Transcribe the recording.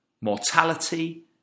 mortality